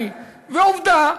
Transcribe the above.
עובדה,